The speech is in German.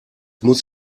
muss